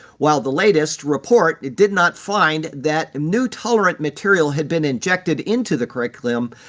while the latest, report did not find that new tolerant material had been injected into the curriculum,